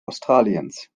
australiens